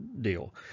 deal